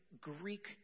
Greek